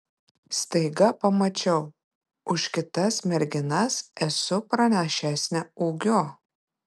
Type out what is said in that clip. staiga pamačiau už kitas merginas esu pranašesnė ūgiu